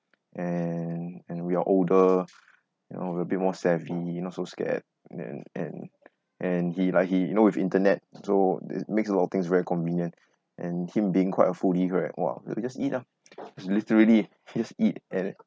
and and we are older you know we're bit more savvy not so scared then and and he like he you know with internet so it makes a lot of things very convenient and him being quite a foodie correct !wah! we just eat lah it's literally just eat and